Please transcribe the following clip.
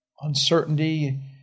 uncertainty